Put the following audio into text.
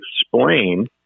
explain